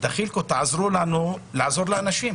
תעזרו לנו לעזור לאנשים.